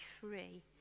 free